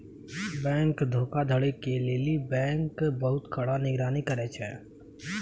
bank धोखाधड़ी के लेली बैंक बहुते कड़ा निगरानी करै छै